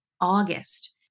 August